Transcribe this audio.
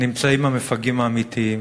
נמצאים המפגעים האמיתיים.